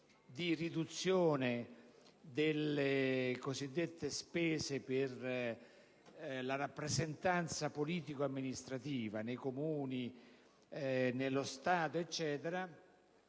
di riduzione delle cosiddette spese per la rappresentanza politico-amministrativa nei Comuni, nello Stato, e così